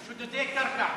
שודדי קרקע.